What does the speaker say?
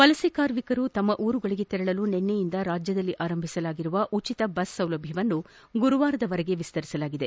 ವಲಸೆ ಕಾರ್ಮಿಕರು ತಮ್ಮ ಊರುಗಳಿಗೆ ತೆರಳಲು ನಿನ್ನೆಯಿಂದ ರಾಜ್ಯದಲ್ಲಿ ಆರಂಭಿಸಲಾಗಿರುವ ಉಚಿತ ಬಸ್ ಸೌಲಭ್ಯವನ್ನು ಗುರುವಾರದವರೆಗೆ ವಿಸ್ತರಿಸಲಾಗಿದೆ